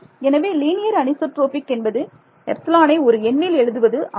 எனவே linear anisotropic என்பது எப்ஸிலானை ஒரு எண்ணில் எழுதுவது ஆகும்